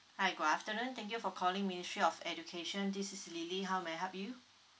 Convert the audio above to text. hi good afternoon thank you for calling ministry of education this is lily how may I help you